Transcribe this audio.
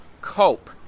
cope